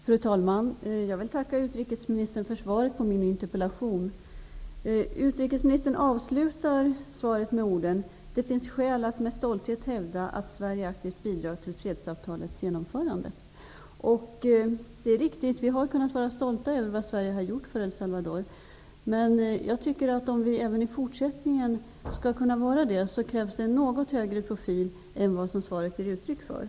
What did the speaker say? Fru talman! Jag vill tacka utrikesministern för svaret på min interpellation. Utrikesministern avslutar svaret med orden: Det finns skäl att med stolthet hävda att Sverige aktivt bidrar till fredsavtalets genomförande. Det är riktigt. Vi har kunnat vara stolta över vad Sverige har gjort för El Salvador. Men om vi även i fortsättningen skall kunna vara det krävs det en något högre profil än vad som svaret ger uttryck för.